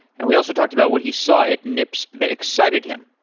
and we also talked about what he saw it nips that excited him.